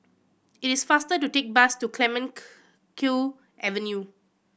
it is faster to take bus to Clemenceau Avenue